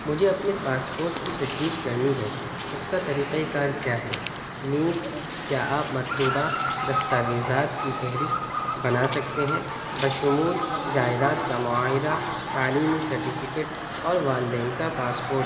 مجھے اپنے پاسپورٹ کی تجدید کرنی ہے اس کا طریقہ کار کیا ہے نیز کیا آپ مطلوبہ دستاویزات کی فہرست بنا سکتے ہیں بشمول جائیداد کا معاہدہ تعلیمی سرٹیفکیٹ اور والدین کا پاسپورٹ